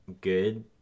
good